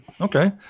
Okay